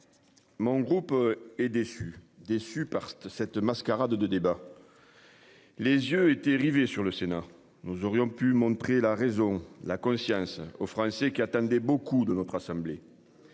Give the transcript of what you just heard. Mon groupe est déçu, déçu par cette mascarade de débat. Les yeux étaient rivés sur le Sénat. Nous aurions pu montrer la raison la conscience aux Français qui attendaient beaucoup de notre assemblée.